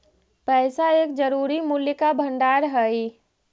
पैसा एक जरूरी मूल्य का भंडार हई